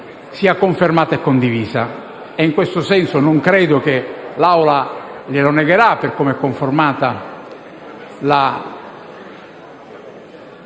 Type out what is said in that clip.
sia confermata e condivisa e in questo senso non credo che l'Assemblea glielo negherà, per come è conformata la